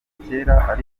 kera